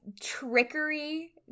trickery